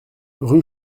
rue